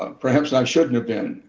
ah perhaps, i shouldn't have been,